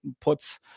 puts